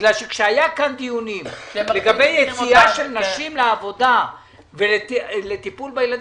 בגלל שהיו פה דיונים לגבי יציאה של נשים לעבודה לטיפול בילדים,